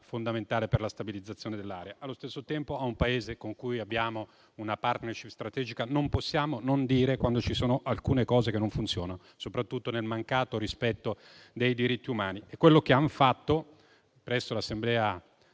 fondamentale per la stabilizzazione dell'area. Allo stesso tempo, a un Paese con cui abbiamo una *partnership* strategica non possiamo non dire quando ci sono alcune cose che non funzionano, soprattutto nel mancato rispetto dei diritti umani. Ciò è quanto è stato fatto presso l'Assemblea